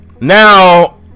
Now